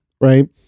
right